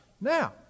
Now